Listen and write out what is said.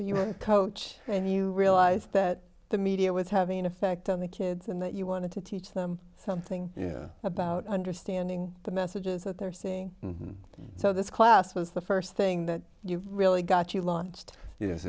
were coach and you realized that the media was having an effect on the kids and that you wanted to teach them something about understanding the messages that they're seeing and so this class was the first thing that you really got you launched yes